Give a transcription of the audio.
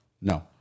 No